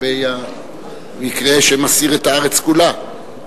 שמסעיר את הארץ כולה.